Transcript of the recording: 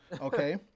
okay